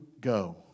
go